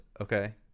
okay